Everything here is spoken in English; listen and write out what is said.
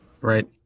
Right